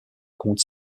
compte